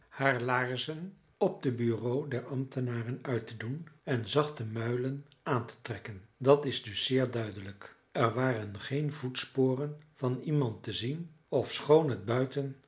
haar laarzen op de bureaux der ambtenaren uit te doen en zachte muilen aan te trekken dat is dus zeer duidelijk er waren geen voetsporen van iemand te zien ofschoon het buiten